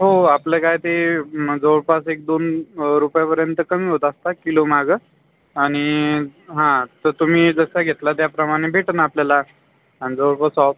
हो आपलं काय ते मग जवळपास एक दोन अं रुपयापर्यंत कमी होत असतात किलोमागं आणि हां तर तुम्ही जसं घेतला त्याप्रमाणे भेटणं आपल्याला आणि जवळपास सो